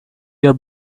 your